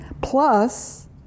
plus